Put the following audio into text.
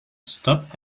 stop